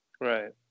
Right